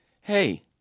hey